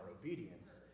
obedience